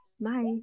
Bye